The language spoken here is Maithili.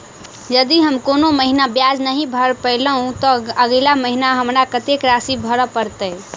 यदि हम कोनो महीना ब्याज नहि भर पेलीअइ, तऽ अगिला महीना हमरा कत्तेक राशि भर पड़तय?